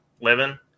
living